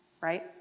Right